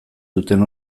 duten